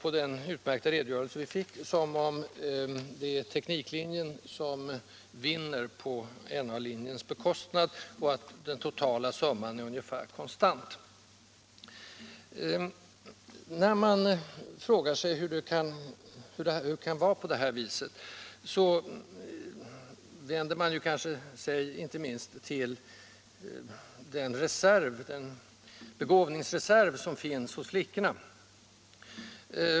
Av den utmärkta redogörelse vi har fått verkar det som om den tekniska linjen vinner på N-linjens bekostnad och som om det totala antalet gymnasieelever på båda linjerna tillsammans är ungefär konstant. Om man vill försöka finna vägar till en förbättring, vänder man sig kanske inte minst till den begåvningsreserv som finns hos flickorna.